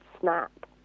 snap